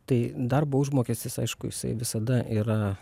tai darbo užmokestis aišku jisai visada yra